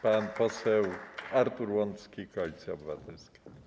Pan poseł Artur Łącki, Koalicja Obywatelska.